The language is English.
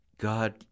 God